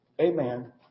amen